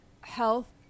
health